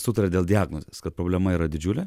sutarė dėl diagnozės kad problema yra didžiulė